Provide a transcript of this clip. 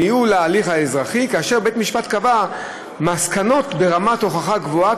את ניהול ההליך האזרחי כאשר בית-משפט קבע מסקנות ברמת הוכחה גבוהה,